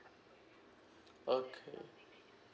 okay